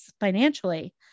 financially